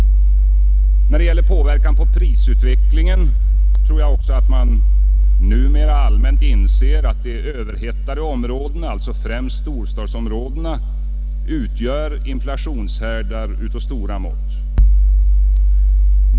Då det gäller påverkan på prisutvecklingen tror jag också att man numera allmänt inser att de överhettade områdena — främst storstadsområdena — utgör inflationshärdar av stora mått.